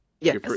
Yes